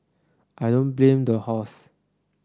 I don't blame the horse